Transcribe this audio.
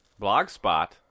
blogspot